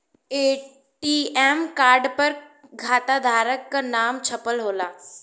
ATM card पर खाताधारक क नाम छपल होला